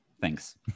Thanks